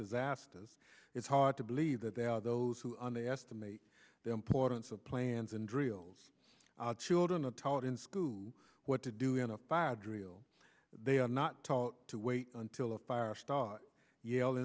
disasters it's hard to believe that there are those who on the estimate the importance of plans and drills our children are taught in school what to do in a fire drill they are not taught to wait until the fire starts yell